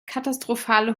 katastrophale